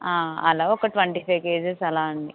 అలా ఒక twenty five cages అలా అండి